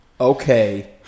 Okay